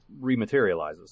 rematerializes